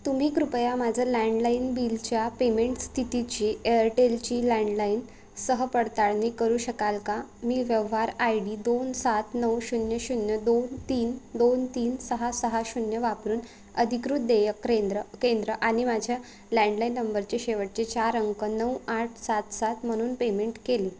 तुम्ही कृपया माझं लँडलाईन बिलच्या पेमेंट स्थितीची एअरटेलची लँडलाईन सह पडताळणी करू शकाल का मी व्यवहार आय डी दोन सात नऊ शून्य शून्य दोन तीन दोन तीन सहा सहा शून्य वापरून अधिकृत देयक केंद्र केंद्र आणि माझ्या लँडलाईन नंबरचे शेवटचे चार अंक नऊ आठ सात सात म्हणून पेमेंट केली